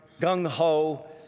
gung-ho